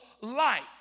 life